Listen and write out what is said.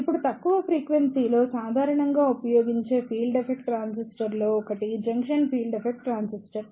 ఇప్పుడు తక్కువ ఫ్రీక్వెన్సీ లో సాధారణంగా ఉపయోగించే ఫీల్డ్ ఎఫెక్ట్ ట్రాన్సిస్టర్స్ లో ఒకటి జంక్షన్ ఫీల్డ్ ఎఫెక్ట్ ట్రాన్సిస్టర్